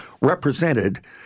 represented